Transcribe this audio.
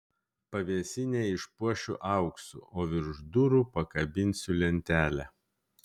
pavėsinę išpuošiu auksu o virš durų pakabinsiu lentelę